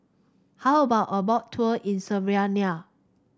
how about a Boat Tour in Slovenia